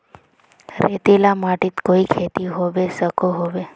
रेतीला माटित कोई खेती होबे सकोहो होबे?